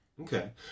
Okay